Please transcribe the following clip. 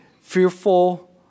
fearful